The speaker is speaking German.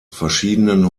verschiedenen